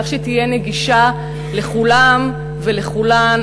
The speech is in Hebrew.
כך שהיא תהיה נגישה לכולם ולכולן,